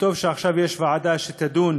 טוב שעכשיו יש ועדה שתדון